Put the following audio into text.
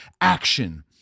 action